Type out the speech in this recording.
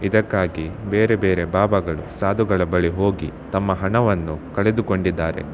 ಇದಕ್ಕಾಗಿ ಬೇರೆ ಬೇರೆ ಬಾಬಾಗಳು ಸಾಧುಗಳ ಬಳಿ ಹೋಗಿ ತಮ್ಮ ಹಣವನ್ನು ಕಳೆದುಕೊಂಡಿದ್ದಾರೆ